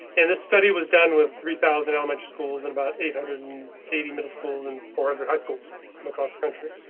and the study was done with three thousand elementary schools in about eight hundred and eighty middle schools in four hundred high schools um across the country.